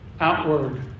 outward